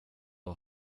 vad